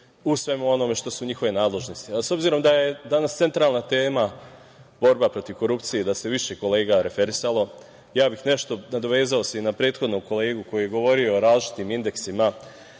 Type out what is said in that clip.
u svemu onome što su njihove nadležnosti.S obzirom da je danas centralna tema borba protiv korupcije, da se više kolega referisalo, ja bih nešto nadovezao se i na prethodnog kolegu koji je govorio o različitim indeksima